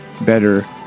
better